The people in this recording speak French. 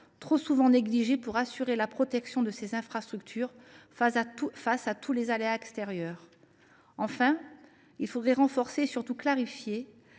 trop souvent négligée, pour assurer la protection de ces infrastructures face aux aléas extérieurs. Enfin, il faudrait renforcer et surtout clarifier